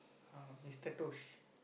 uh Mister Tosh